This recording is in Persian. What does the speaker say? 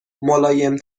ملایم